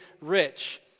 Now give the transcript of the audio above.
rich